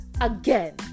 Again